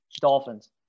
Dolphins